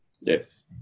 Yes